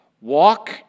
walk